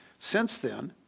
since then,